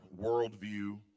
worldview